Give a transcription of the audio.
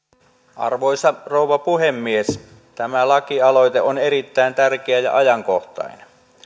arvoisa rouva puhemies tämä lakialoite on erittäin tärkeä ja ajankohtainen